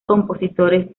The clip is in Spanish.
compositores